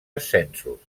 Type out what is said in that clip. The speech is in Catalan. ascensos